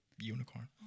unicorn